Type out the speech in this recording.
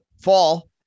fall